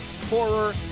horror